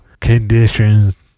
conditions